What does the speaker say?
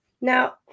Now